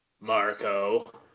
Marco